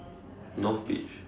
North bridge